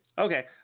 Okay